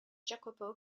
jacopo